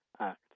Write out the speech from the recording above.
act